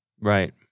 Right